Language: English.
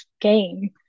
game